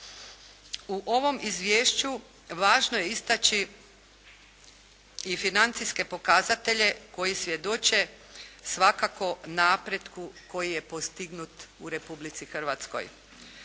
U ovom Izvješću važno je istači i financijske pokazatelje koji svjedoče, svakako napretku koji je postignut u Republici Hrvatskoj.